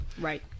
Right